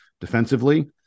defensively